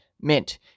mint